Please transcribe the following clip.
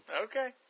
Okay